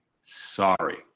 sorry